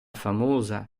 famosa